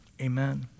amen